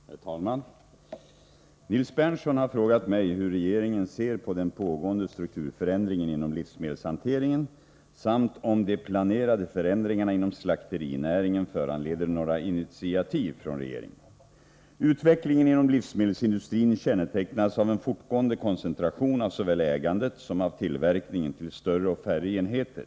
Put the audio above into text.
Herr talman! Nils Berndtson har frågat mig hur regeringen ser på den pågående strukturförändringen inom livsmedelshanteringen samt om de planerade förändringarna inom slakterinäringen föranleder några initiativ från regeringen. Utvecklingen inom livsmedelsindustrin kännetecknas av en fortgående koncentration av såväl ägandet som tillverkningen till större och färre enheter.